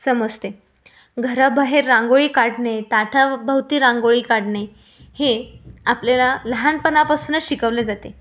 समजते घराबाहेर रांगोळी काढणे ताटाभोवती रांगोळी काढणे हे आपल्याला लहानपणापासूनच शिकवले जाते